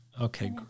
Okay